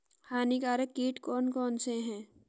हानिकारक कीट कौन कौन से हैं?